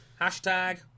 hashtag